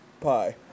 pie